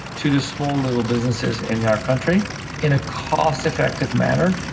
to the small little businesses in our country in a cost-effective manner,